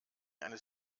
eines